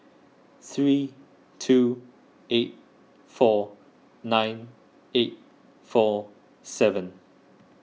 three two eight four nine eight four seven